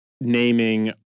naming